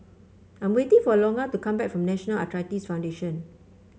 I am waiting for Logan to come back from National Arthritis Foundation